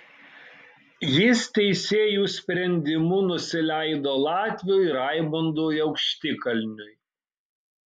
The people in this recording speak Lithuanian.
jis teisėjų sprendimu nusileido latviui raimondui aukštikalniui